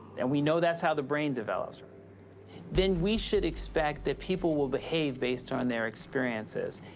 and we know that's how the brain develops, um then we should expect that people will behave based on their experiences,